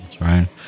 Right